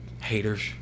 haters